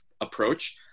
approach